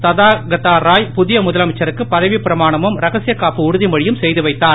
ததாகதா ராய் புதிய முதலமைச்சருக்கு பதவி பிரமாணமும் ரகசிய காப்பு உறுதிமொழியும் செய்து வைத்தார்